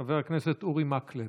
חבר הכנסת אורי מקלב,